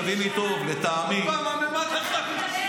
תביני טוב --- עוד פעם המימד החמישי?